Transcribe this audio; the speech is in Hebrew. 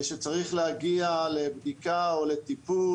שצריך להגיע לבדיקה או לטיפול,